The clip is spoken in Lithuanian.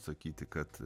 sakyti kad